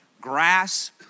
Grass